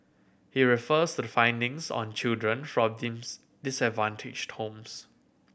he refers to the findings on children fourteens disadvantaged homes